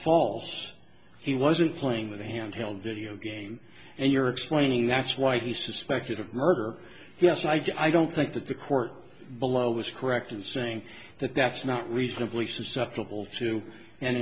false he wasn't playing with a handheld video game and you're explaining that's why he suspected of murder yes i don't think that the court below was correct in saying that that's not reasonably susceptible to an